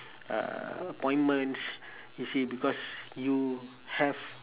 uh appointments you see because you have